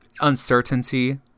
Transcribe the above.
uncertainty